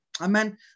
Amen